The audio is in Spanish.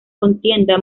contienda